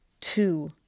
two